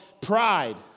pride